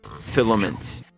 filament